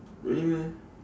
really meh